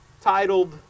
titled